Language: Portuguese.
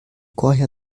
corre